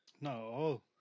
No